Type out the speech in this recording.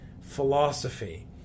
philosophy